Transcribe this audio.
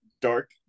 dark